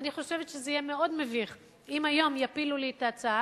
אני חושבת שיהיה מאוד מביך אם היום יפילו לי את ההצעה